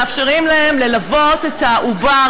מאפשרים להם ללוות את העובר,